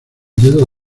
dedo